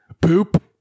poop